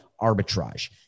arbitrage